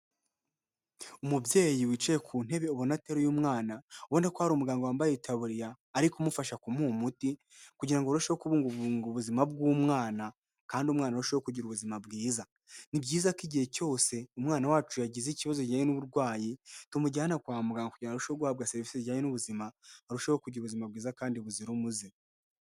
Umubyeyi wicaye ku ntebe ubona ateruye umwana, ubona ko hari umuganga wambaye itaburiya, ari kumufasha kumuha umuti kugira ngo arusheho kubungabunga ubuzima bw'umwana, kandi umwana arusheho kugira ubuzima bwiza. Ni byiza ko igihe cyose umwana wacu yagize ikibazo kijyanye n'uburwayi tumujyana kwa muganga, kugira ngo arusheho guhabwa sevise zijyanye n'ubuzima, arusheho kugira ubuzima bwiza kandi buzira umuze.